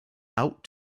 out